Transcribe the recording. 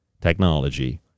technology